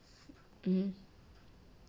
mm